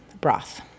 broth